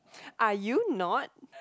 are you not